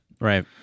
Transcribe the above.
Right